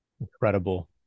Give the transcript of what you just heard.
incredible